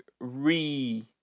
re